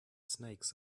snakes